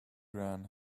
ran